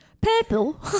Purple